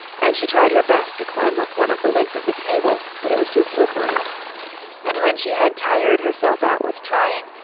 and she tried her best to climb up one of the legs of the table, but it was too slippery and when she had tired herself out with trying,